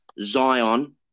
Zion